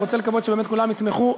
אני רוצה לקוות שבאמת כולם יתמכו.